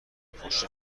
پشت